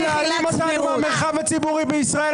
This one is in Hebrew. --- אתה מבקש להעלים אותנו מהמרחב הציבורי בישראל.